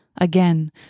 Again